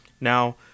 Now